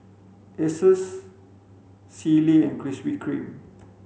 Asus Sealy and Krispy Kreme